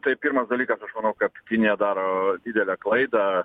tai pirmas dalykas kad kinija daro didelę klaidą